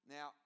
Now